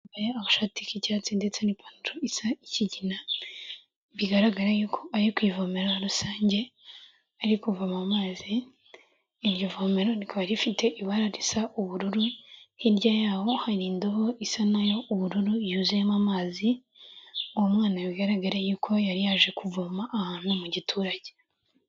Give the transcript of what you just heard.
Agashati k'icyatsi ndetse n'ipantaro isa ikigina. Bigaragara yuko ari ku ivomero rusange, ari kuvoma amazi, iryo vomero rikaba rifite ibara risa ubururu, hirya yaho hari indobo isa nayo ubururu yuzuyemo amazi, uwo mwana bigaragara yuko yari yaje kuvoma ahantu mu giturage.